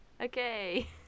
Okay